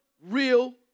real